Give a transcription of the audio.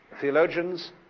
theologians